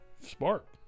Spark